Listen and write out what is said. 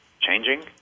changing